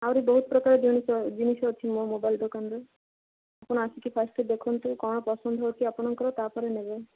ଆହୁରି ବହୁତ ପ୍ରକାରର ଜିନିଷ ଜିନିଷ ଅଛି ମୋ ମୋବାଇଲ୍ ଦୋକାନରେ ଆପଣ ଆସିକି ଫାର୍ଷ୍ଟ୍ ଦେଖନ୍ତୁ କଣ ପସନ୍ଦ ହେଉଛି ଆପଣଙ୍କର ତାପରେ ନେବେ